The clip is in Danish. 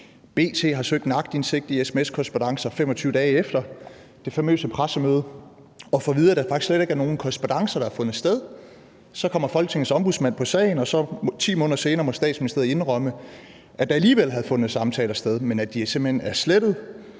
B.T. søgte aktindsigt i sms-korrespondancer 25 dage efter det famøse pressemøde og får at vide, at der faktisk ikke har fundet nogen korrespondancer sted. Så kommer Folketingets Ombudsmand på sagen, og 10 måneder senere må Statsministeriet indrømme, at der alligevel havde fundet samtaler sted, men at de simpelt hen er slettet.